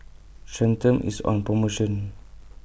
Centrum IS on promotion